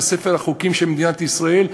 בספר החוקים של מדינת ישראל,